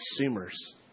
consumers